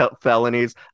felonies